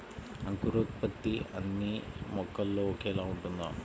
అంకురోత్పత్తి అన్నీ మొక్కలో ఒకేలా ఉంటుందా?